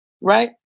Right